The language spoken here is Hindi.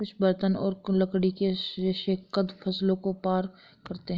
कुछ बर्तन और लकड़ी के रेशे कंद फसलों को पार करते है